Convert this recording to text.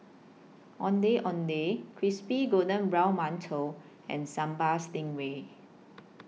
Ondeh Ondeh Crispy Golden Brown mantou and Sambal Stingray